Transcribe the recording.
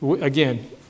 Again